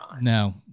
No